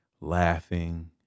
laughing